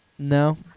No